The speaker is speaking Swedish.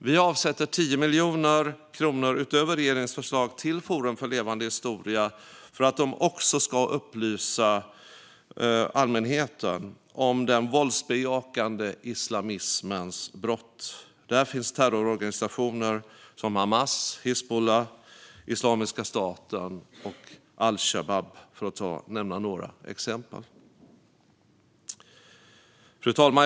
Vi avsätter 10 miljoner kronor utöver regeringens förslag till Forum för levande historia för att de också ska upplysa allmänheten om den våldsbejakande islamismens brott. Där finns terrororganisationer som Hamas, Hizbullah, Islamiska staten och al-Shabab, för att nämna några exempel. Fru talman!